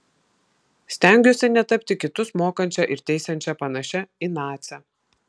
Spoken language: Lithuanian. stengiuosi netapti kitus mokančia ir teisiančia panašia į nacę